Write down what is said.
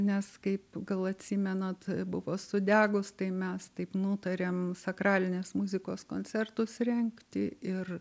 nes kaip gal atsimenat buvo sudegus tai mes taip nutarėm sakralinės muzikos koncertus rengti ir